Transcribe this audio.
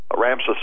Ramses